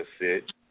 sit